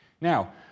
Now